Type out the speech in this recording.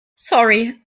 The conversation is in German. sorry